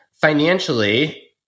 Financially